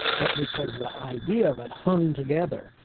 but because the idea of it hung together.